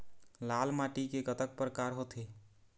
लाल माटी के कतक परकार होथे?